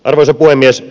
arvoisa puhemies